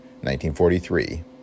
1943